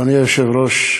אדוני היושב-ראש,